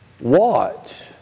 Watch